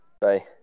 Bye